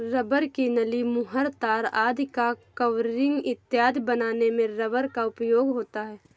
rubber की नली, मुहर, तार आदि का कवरिंग इत्यादि बनाने में रबर का उपयोग होता है